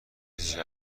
چیزی